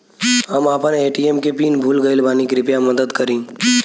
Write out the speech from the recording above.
हम आपन ए.टी.एम के पीन भूल गइल बानी कृपया मदद करी